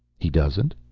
he doesn't?